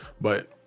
but-